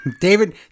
David